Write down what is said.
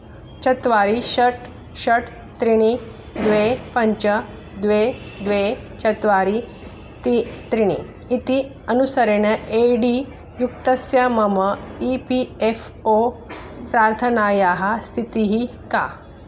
चत्वारि षट् षट् त्रीणि द्वे पञ्च द्वे द्वे चत्वारि त्रीणि इति अनुसरण ए डी युक्तस्य मम ई पी एफ़् ओ प्रार्थनायाः स्थितिः का